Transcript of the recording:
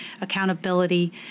accountability